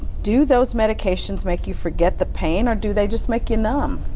do those medications make you forget the pain or do they just make you numb?